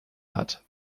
hat